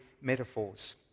metaphors